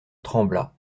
trembla